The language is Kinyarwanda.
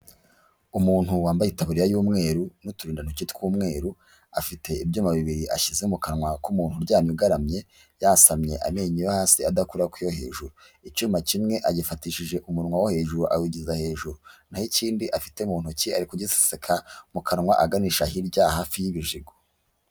Umuntu wambaye itaburiya y'umweru n'uturindantoke tw'umweru, afite ibyuma bibiri ashyize mu kanwa k'umuntu uryamye, ugaramye, yasamye. Amenyo yo hasi adakora ku yo hejuru. Icyuma kimwe agifatishije ku munwa wo hejuru awugeza hejuru, naho ikindi afite mu ntoki ari kugiseseka mu kanwa aganisha hirya hafi y'ibijigo.